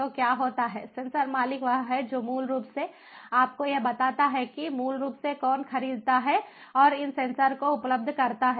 तो क्या होता है सेंसर मालिक वह है जो मूल रूप से आपको ये बताता है कि मूल रूप से कौन खरीदता है और इन सेंसर को उपलब्ध करता है